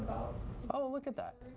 oh, look at that.